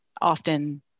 often